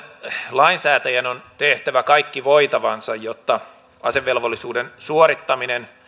lainsäätäjän on tehtävä kaikki voitavansa jotta asevelvollisuuden suorittaminen